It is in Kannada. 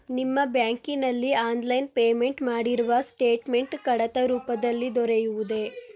ನಿಮ್ಮ ಬ್ಯಾಂಕಿನಲ್ಲಿ ಆನ್ಲೈನ್ ಪೇಮೆಂಟ್ ಮಾಡಿರುವ ಸ್ಟೇಟ್ಮೆಂಟ್ ಕಡತ ರೂಪದಲ್ಲಿ ದೊರೆಯುವುದೇ?